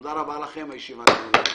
תודה רבה לכם, הישיבה נעולה.